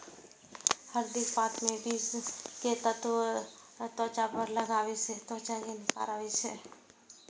हरदिक पात कें पीस कें त्वचा पर लगाबै सं त्वचा मे निखार आबै छै